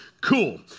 cool